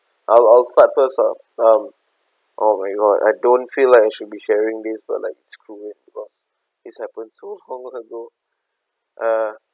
I'll I'll start first ah um oh my god I don't feel like I should be sharing this but like screw it because it's happened so long ago uh